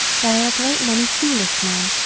there are a great many foolish men,